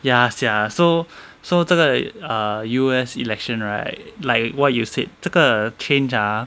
ya sia so so 这个 err U_S election right like what you said 这个 change ah